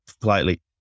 politely